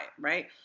right